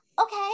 okay